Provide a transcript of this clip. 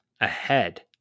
ahead